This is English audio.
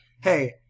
hey –